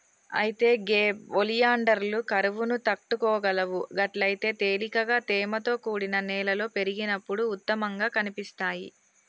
అయితే గే ఒలియాండర్లు కరువును తట్టుకోగలవు గట్లయితే తేలికగా తేమతో కూడిన నేలలో పెరిగినప్పుడు ఉత్తమంగా కనిపిస్తాయి